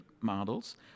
models